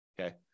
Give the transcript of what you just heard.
okay